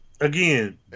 again